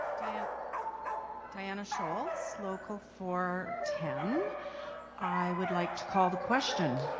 diana diana scholes local four ten i would like to call the question